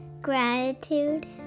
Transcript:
gratitude